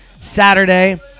Saturday